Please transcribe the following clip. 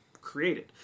created